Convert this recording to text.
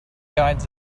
guides